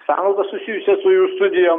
sąnaudas susijusias su studijom